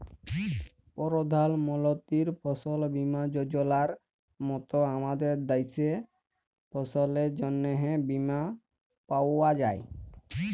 পরধাল মলতির ফসল বীমা যজলার মত আমাদের দ্যাশে ফসলের জ্যনহে বীমা পাউয়া যায়